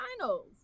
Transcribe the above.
finals